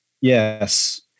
yes